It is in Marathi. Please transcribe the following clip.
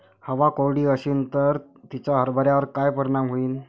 हवा कोरडी अशीन त तिचा हरभऱ्यावर काय परिणाम होईन?